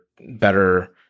better